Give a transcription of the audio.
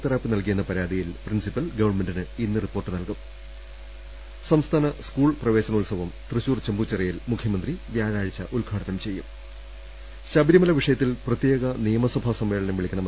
therapy നൽകിയെന്ന പരാതിയിൽ principal ഗ്വണ്മെന്റിന് ഇന്ന് റിപ്പോർട്ട് നൽകും സംസ്ഥാന സ്കൂൾ പ്രവേശനോത്സവം തൃശൂർ ചെമ്പൂച്ചിറയിൽ മുഖ്യമന്ത്രി വ്യാഴാഴ്ച ഉദ്ഘാടനം ചെയ്യും ശബരിമല വിഷയത്തിൽ പ്രത്യേക നിയമസഭാ സമ്മേളനം വിളിക്കണ